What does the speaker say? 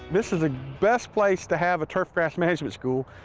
this is the best place to have a turf grass management school,